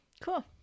Cool